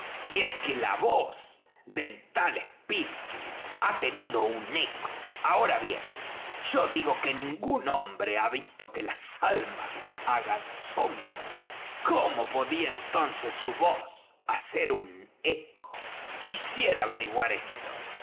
y es que la voz del tal espritu ha tenido un eco ahora bien yo digo que ningún hombre ha visto que las almas hagan sombra cómo podía entonces su voz hacer un eco quisiera averiguar esto